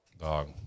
Dog